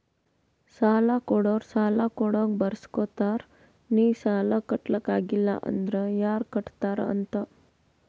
ಸಾಲಾ ಕೊಡೋರು ಸಾಲಾ ಕೊಡಾಗ್ ಬರ್ಸ್ಗೊತ್ತಾರ್ ನಿ ಸಾಲಾ ಕಟ್ಲಾಕ್ ಆಗಿಲ್ಲ ಅಂದುರ್ ಯಾರ್ ಕಟ್ಟತ್ತಾರ್ ಅಂತ್